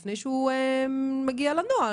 לפני שהוא מגיע לנוהל,